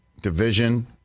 division